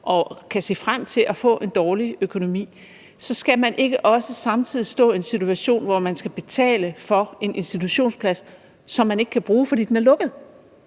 og kan se frem til at få en dårlig økonomi. Så skal man ikke også samtidig stå i en situation, hvor man skal betale for en institutionsplads, som man ikke kan bruge, fordi den er lukket.